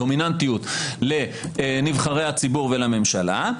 דומיננטיות לנבחרי הציבור ולממשלה,